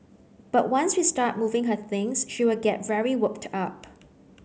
but once we start moving her things she will get very worked up